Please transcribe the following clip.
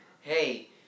hey